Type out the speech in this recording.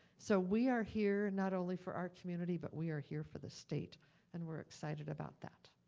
so we are here not only for our community but we are here for the state and we're excited about that.